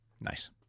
Nice